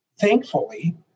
Thankfully